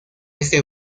este